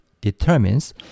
determines